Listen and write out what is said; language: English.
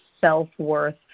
self-worth